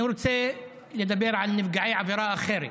אני רוצה לדבר על נפגעי עבירה אחרת,